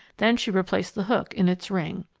then she replaced the hook in its ring.